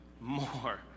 more